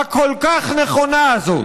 הכל-כך נכונה הזאת: